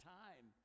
time